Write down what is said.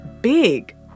big